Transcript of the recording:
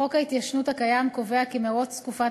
חוק ההתיישנות הקיים קובע כי מירוץ תקופת